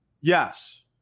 Yes